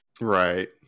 Right